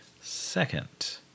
Second